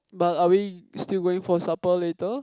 but are we still going for supper later